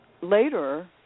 later